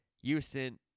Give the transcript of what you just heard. Houston